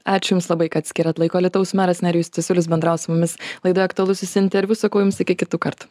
ačiū jums labai kad skiriat laiko alytaus meras nerijus cesiulis bendravo su mumis laidoje aktualusis interviu sakau jums iki kitų kartų